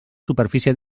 superfície